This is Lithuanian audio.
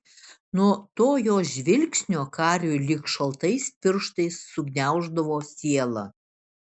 nuo to jos žvilgsnio kariui lyg šaltais pirštais sugniauždavo sielą